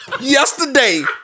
yesterday